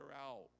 out